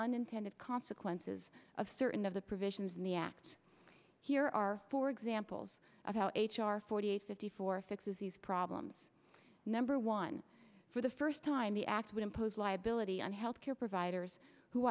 unintended consequences of certain of the provisions in the act here are four examples of how h r forty fifty four fixes these problems number one for the first time the act would impose liability on health care providers who